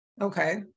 Okay